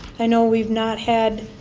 i know we've not had